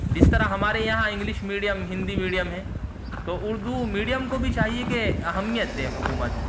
جس طرح ہمارے یہاں انگلش میڈیم ہندی میڈیم ہے تو اردو میڈیم کو بھی چاہیے کہ اہمیت دے حکومت